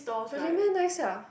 really meh nice ah